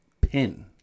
pin